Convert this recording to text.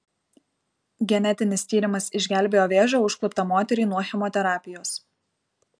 genetinis tyrimas išgelbėjo vėžio užkluptą moterį nuo chemoterapijos